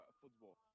football